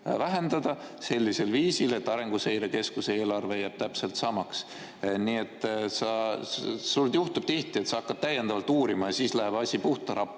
vähendada sellisel viisil, et Arenguseire Keskuse eelarve jääb täpselt samaks. Sul juhtub tihti, et sa hakkad täiendavalt uurima ja siis läheb asi puhta rappa.